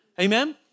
Amen